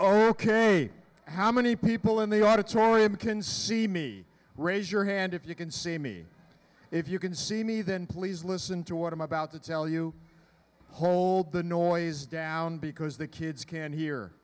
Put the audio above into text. ok how many people in the auditorium can see me raise your hand if you can see me if you can see me then please listen to what i'm about to tell you hold the noise down because the kids can he